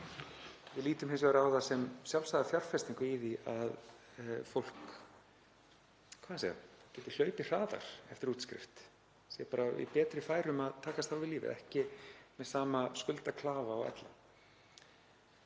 Við lítum hins vegar á það sem sjálfsagða fjárfestingu í því að fólk, hvað eigum við að segja, geti hlaupið hraðar eftir útskrift, sé í betri færum að takast á við lífið, ekki með sama skuldaklafa og ella;